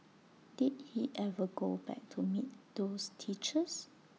did he ever go back to meet those teachers